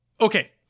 okay